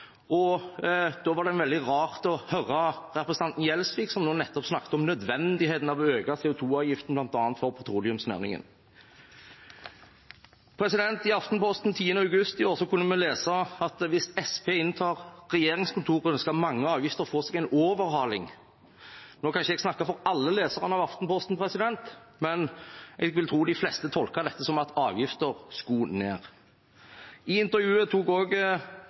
og CO 2 -avgift. Da var det veldig rart å høre representanten Gjelsvik, som nettopp snakket om nødvendigheten av å øke CO 2 -avgiften for bl.a. petroleumsnæringen. I Aftenposten 10. august i år kunne vi lese: «Hvis Sp inntar regjeringskontorene skal mange avgifter få seg en overhaling.» Nå kan jeg ikke snakke for alle leserne av Aftenposten, men jeg vil tro de fleste tolket dette som at avgifter skulle ned. I intervjuet tok